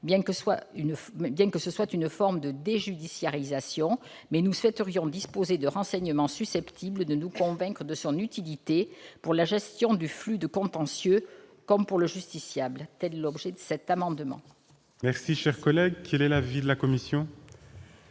bien que ce soit une forme de déjudiciarisation, mais nous souhaiterions disposer de renseignements susceptibles de nous convaincre de son utilité, pour la gestion du flux de contentieux comme pour le justiciable. Tel est l'objet de cet amendement.